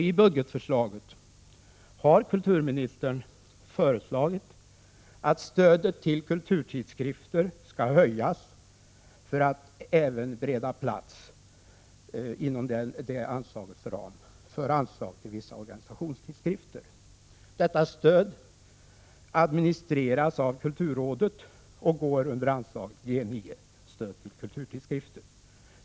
I budgetförslaget har kulturministern också föreslagit att stödet till kulturtidskrifter skall höjas, för att bereda plats inom det anslagets ram för anslag till vissa organisationstidskrifter. Detta stöd administreras av kulturrådet och går under anslaget G 9 Stöd till kulturtidskrifter.